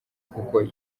kuko